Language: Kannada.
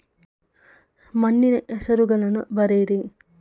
ಮಣ್ಣಿನ ಹೆಸರುಗಳನ್ನು ಬರೆಯಿರಿ